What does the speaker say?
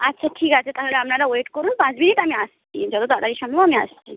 আচ্ছা ঠিক আছে তাহলে আপনারা ওয়েট করুন পাঁচ মিনিট আমি আসছি যত তাড়াতাড়ি সম্ভব আমি আসছি